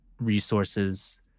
resources